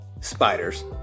spiders